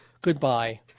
goodbye